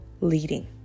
leading